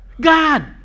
God